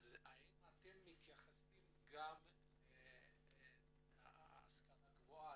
האם אתם מתייחסים גם להשכלה הגבוהה,